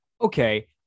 okay